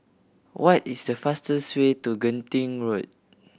what is the fastest way to Genting Road